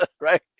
Right